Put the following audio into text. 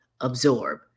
absorb